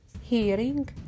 hearing